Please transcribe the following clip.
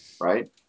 right